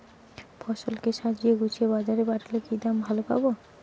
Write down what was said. ফসল কে সাজিয়ে গুছিয়ে বাজারে পাঠালে কি দাম ভালো পাব?